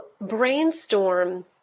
brainstorm